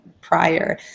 prior